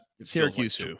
Syracuse